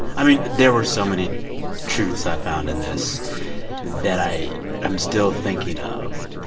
i mean, there were so many truths i found in this that i am still thinking of.